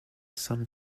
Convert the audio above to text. sun